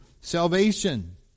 salvation